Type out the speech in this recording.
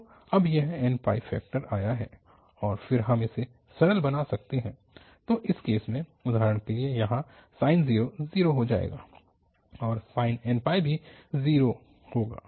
तो अब यह nπ फैक्टर आया है और फिर हम इसे सरल बना सकते हैं तो इस केस में उदाहरण के लिए यहाँ sin 0 0 हो जाएगा और sin nπ भी 0 होगा